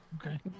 Okay